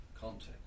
context